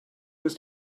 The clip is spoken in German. ist